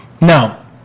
Now